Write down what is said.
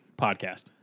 podcast